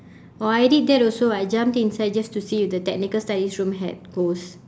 oh I did that also I jumped inside just to see if the technical studies room had ghosts